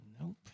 Nope